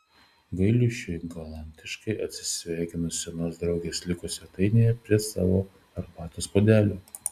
gailiušiui galantiškai atsisveikinus senos draugės liko svetainėje prie savo arbatos puodelių